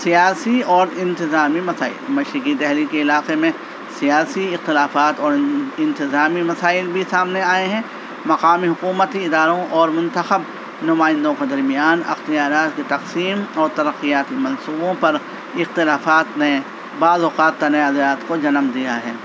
سیاسی اور انتظامی مسائل مشرقی دلی کے علاقے میں سیاسی اختلافات اور انتظامی مسائل بھی سامنے آئے ہیں مقامی حکومتی اداروں اور منتخب نمائندوں کے درمیان اختیارات کی تقسیم اور ترقیاتی منصوبوں پر اختلافات نے بعض اوقات تنازعات کو جنم دیا ہے